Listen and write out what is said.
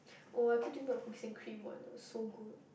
oh I keep thinking about the cookies and cream one that was so good